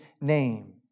name